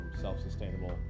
self-sustainable